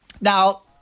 Now